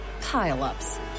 pile-ups